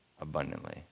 abundantly